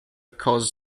caused